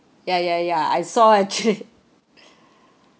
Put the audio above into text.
ya ya ya I saw actually